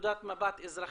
נקודת מבט אזרחים.